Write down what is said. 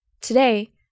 Today